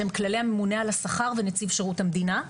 של הממונה על השכר ונציב שירות המדינה.